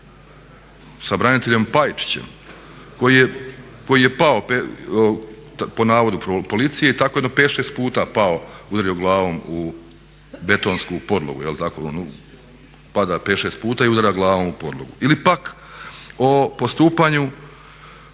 sa braniteljem Pajčićem koji je pao po navodu policije i tako jedno 5, 6 puta pao, udario glavom u betonsku podlogu jel', tako on pada 5, 6 puta i udara glavom o podlogu. Ili pak o postupanju